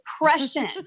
depression